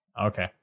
Okay